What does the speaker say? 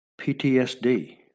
PTSD